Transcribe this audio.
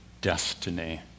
destiny